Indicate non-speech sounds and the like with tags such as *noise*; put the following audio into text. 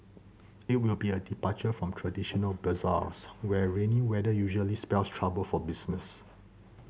*noise* it will be a departure from traditional bazaars where rainy weather usually spells trouble for business